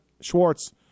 Schwartz